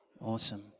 Awesome